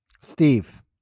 Steve